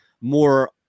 more